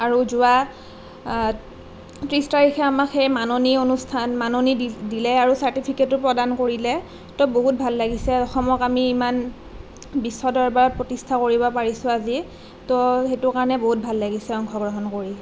আৰু যোৱা ত্ৰিছ তাৰিখে আমাক সেই মাননি অনুষ্ঠান মাননি দি দিলে আৰু ছাৰ্টিফিকেতো প্ৰদান কৰিলে তো বহুত ভাল লাগিছে অসমক আমি ইমান বিশ্ব দৰবাৰত প্ৰতিষ্ঠা কৰিব পাৰিছোঁ আজি তো সেইটো কাৰণে বহুত ভাল লাগিছে অংশগ্ৰহণ কৰি